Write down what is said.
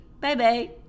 Bye-bye